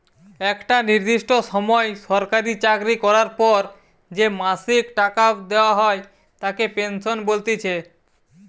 একটা নির্দিষ্ট সময় সরকারি চাকরি করার পর যে মাসিক টাকা দেওয়া হয় তাকে পেনশন বলতিছে